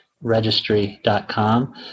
registry.com